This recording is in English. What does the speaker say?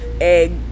egg